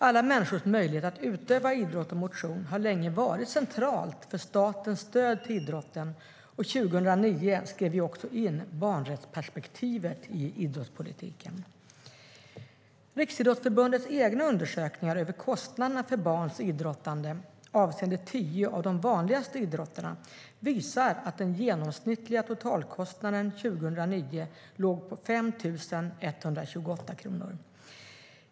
Alla människors möjlighet att utöva idrott och motion har länge varit central för statens stöd till idrotten, och 2009 skrev vi också in barnrättsperspektivet i idrottspolitiken. Riksidrottsförbundets egna undersökningar av kostnaderna för barns idrottande avseende tio av de vanligaste idrotterna visar att den genomsnittliga totalkostnaden 2009 låg på 5 128 kronor.